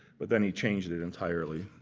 but then he changed it entirely.